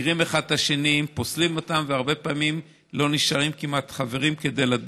ואנחנו מדברים על אותו